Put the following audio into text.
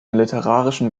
literarischen